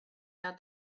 down